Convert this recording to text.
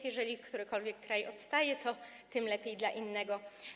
Jeżeli którykolwiek kraj odstaje, to tym lepiej dla innego.